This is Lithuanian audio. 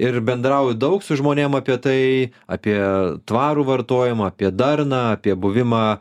ir bendrauju daug su žmonėm apie tai apie tvarų vartojimą apie darną apie buvimą